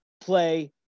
play